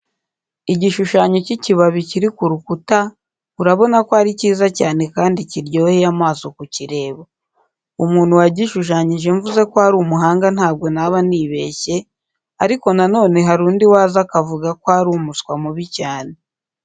Igishushanyo cy'ikibabi kiri ku rukuta, urabona ko ari kiza cyane kandi kiryoheye amaso ku kireba. Umuntu wagishushanyije mvuze ko ari umuhanga ntabwo naba nibeshye, ariko na none hari undi waza akavuga ko ari umuswa mubi cyane.